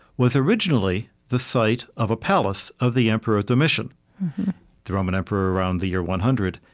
was originally the site of a palace of the emperor domitian the roman emperor around the year one hundred.